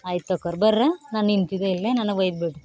ಆಯ್ತು ಅಕ್ಕೋರ ಬರ್ರಿ ನಾನು ನಿಂತಿದೆ ಇಲ್ಲೇ ನನಗೆ ಒಯ್ದು ಬಿಡಿರಿ